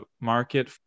market